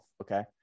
Okay